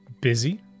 busy